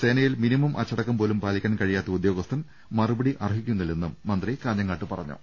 സേനയിൽ മിനിമം അച്ച ടക്കം പോലും പാലിക്കാൻ കഴിയാത്ത ഉദ്യോഗസ്ഥൻ മറുപടി അർഹിക്കു ന്നില്ലെന്നും മന്ത്രി കാഞ്ഞങ്ങാട്ട് പറഞ്ഞു